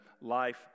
life